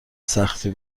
سختی